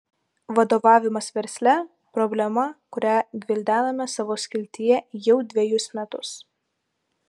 vadovavimas versle problema kurią gvildename savo skiltyje jau dvejus metus